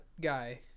guy